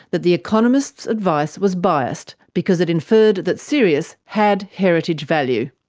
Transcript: that the economist's advice was biased, because it inferred that sirius had heritage value.